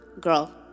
girl